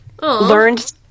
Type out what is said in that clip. learned